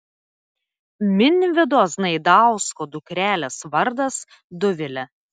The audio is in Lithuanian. minvydo znaidausko dukrelės vardas dovilė